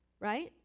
right